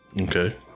Okay